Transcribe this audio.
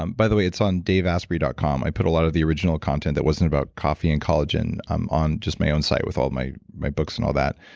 um by the way, it's on daveasprey dot com. i put a lot of the original content that wasn't about coffee and collagen um on just my own site with all my my books and all that.